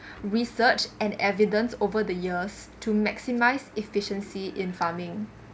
research and evidence over the years to maximise efficiency in farming